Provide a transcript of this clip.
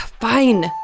Fine